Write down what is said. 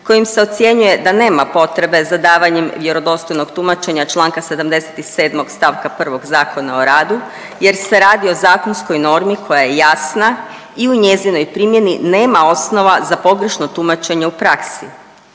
kojim se ocjenjuje da nema potrebe za davanjem vjerodostojnog tumačenja Članka 77. stavka 1. Zakona o radu jer se radi o zakonskoj normi koja je jasna i u njezinoj primjeni nema osnova za pogrešno tumačenje u praksi.